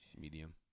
medium